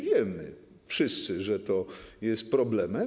Wiemy wszyscy, że to jest problem.